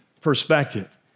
perspective